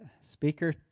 speaker